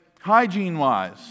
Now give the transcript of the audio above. hygiene-wise